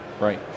Right